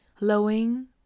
lowing